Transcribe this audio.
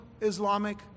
Islamic